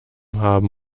haben